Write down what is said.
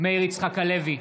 מאיר יצחק הלוי,